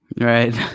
Right